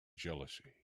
jealousy